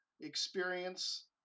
experience